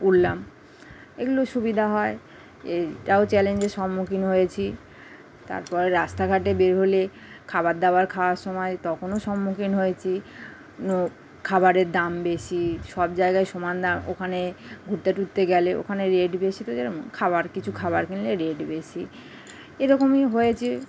উঠলাম এগুলো সুবিধা হয় এইটাও চ্যালেঞ্জের সম্মুখীন হয়েছি তারপরে রাস্তাঘাটে বের হলে খাবার দাবার খাওয়ার সময় তখনও সম্মুখীন হয়েছি খাবারের দাম বেশি সব জায়গায় সমান না ওখানে ঘুরতে টুরতে গেলে ওখানে রেট বেশি তো যেরম খাবার কিছু খাবার কিনলে রেট বেশি এরকমই হয়েছে